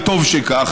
וטוב שכך,